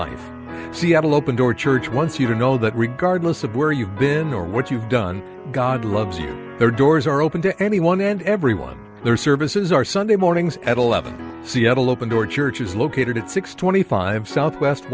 wife seattle open door church once you know that regardless of where you've been or what you've done god loves you there doors are open to anyone and everyone their services are sunday mornings at eleven seattle open door church is located at six twenty five south west